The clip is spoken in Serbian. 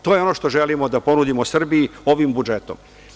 To je ono što želimo da ponudim Srbiji ovim budžetom.